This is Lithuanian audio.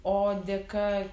o dėka